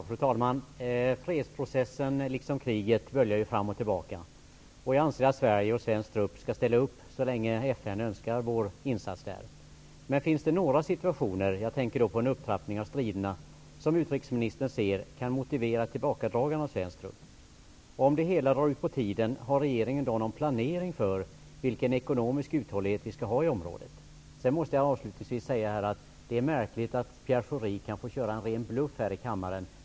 Fru talman! Fredsprocessen liksom kriget böljar fram och tillbaka. Vi anser att Sverige och svensk trupp skall ställa upp så länge FN önskar våra insatser. Men finns det några situationer -- jag tänker då på en upptrappning av striderna -- som utrikesministern anser kan motivera tillbakadragandet av svensk trupp? Om det hela drar ut på tiden, har regeringen då någon planering för den ekonomiska uthålligheten i området? Avslutningsvis vill jag säga att det är märkligt att Pierre Schori kan få framföra en ren bluff här i kammaren.